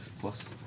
plus